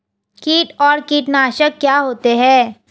कीट और कीटनाशक क्या होते हैं?